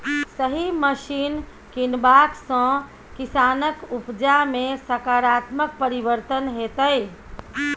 सही मशीन कीनबाक सँ किसानक उपजा मे सकारात्मक परिवर्तन हेतै